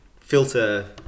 filter